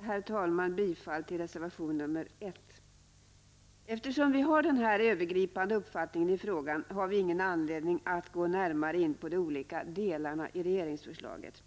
Herr talman! Jag yrkar bifall till reservation nr 1. Eftersom vi har denna övergripande uppfattning i frågan, har vi ingen anledning att gå närmare in på de olika delarna i regeringsförslaget.